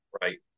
right